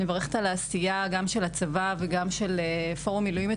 אני מברכת על העשייה גם של הצבא וגם של פורום מילואימיות.